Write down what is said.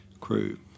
crew